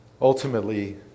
Ultimately